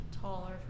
Taller